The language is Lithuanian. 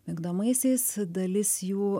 migdomaisiais dalis jų